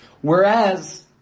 Whereas